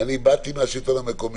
אני באתי מהשלטון המקומי,